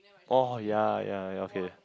oh ya ya ya okay